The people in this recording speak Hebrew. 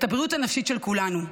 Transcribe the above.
את הבריאות הנפשית של כולנו.